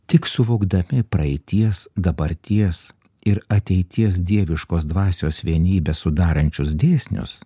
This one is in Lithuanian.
tik suvokdami praeities dabarties ir ateities dieviškos dvasios vienybę sudarančius dėsnius